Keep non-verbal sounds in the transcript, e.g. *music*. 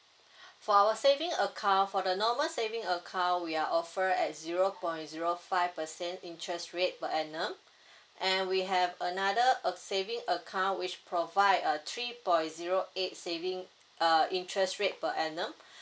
*breath* for our savings account for the normal saving account we are offer at zero point zero five percent interest rate per annum *breath* and we have another of savings account which provide a three point zero eight saving uh interest rate per annum *breath*